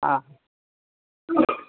हा